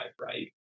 right